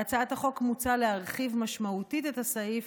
בהצעת החוק מוצע להרחיב משמעותית את הסעיף,